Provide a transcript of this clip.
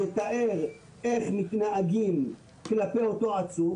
שיתאר איך מתנהגים כלפי אותו עצור,